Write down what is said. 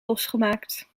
losgemaakt